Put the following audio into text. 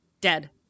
Dead